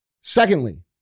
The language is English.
Secondly